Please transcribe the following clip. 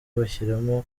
bashyiramo